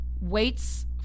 waits